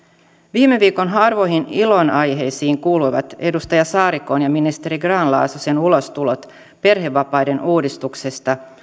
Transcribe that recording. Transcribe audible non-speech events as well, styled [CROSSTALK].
viime viikon harvoihin ilonaiheisiin kuuluivat edustaja saarikon ja ministeri grahn laasosen ulostulot perhevapaiden uudistuksesta [UNINTELLIGIBLE]